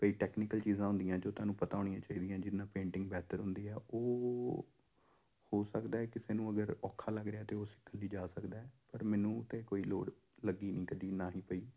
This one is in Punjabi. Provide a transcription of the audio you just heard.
ਕਈ ਟੈਕਨੀਕਲ ਚੀਜ਼ਾਂ ਹੁੰਦੀਆਂ ਜੋ ਤੁਹਾਨੂੰ ਪਤਾ ਹੋਣੀਆਂ ਚਾਹੀਦੀਆਂ ਹੈ ਜਿਹਦੇ ਨਾਲ ਪੇਂਟਿੰਗ ਬਿਹਤਰ ਹੁੰਦੀ ਹੈ ਉਹ ਹੋ ਸਕਦਾ ਹੈ ਕਿਸੇ ਨੂੰ ਅਗਰ ਔਖਾ ਲੱਗ ਰਿਹਾ ਤਾਂ ਉਹ ਸਿੱਖਣ ਲਈ ਜਾ ਸਕਦਾ ਹੈ ਪਰ ਮੈਨੂੰ ਤਾਂ ਕੋਈ ਲੋੜ ਲੱਗੀ ਨਹੀਂ ਕਦੇ ਨਾ ਹੀ ਪਈ